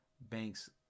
Banks